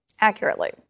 accurately